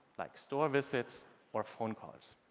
like store visits or phone calls.